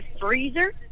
freezer